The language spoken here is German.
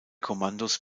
kommandos